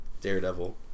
Daredevil